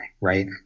right